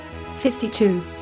52